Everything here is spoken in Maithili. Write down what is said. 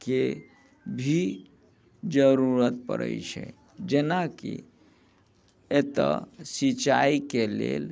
के भी जरूरत पड़ैत छै जेनाकि एतऽ सिचाइके लेल